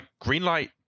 Greenlight